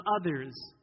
others